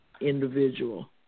individual